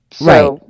Right